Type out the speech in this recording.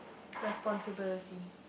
responsibility